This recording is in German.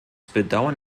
bedauern